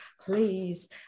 please